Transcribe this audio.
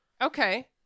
okay